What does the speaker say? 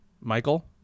Michael